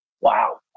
Wow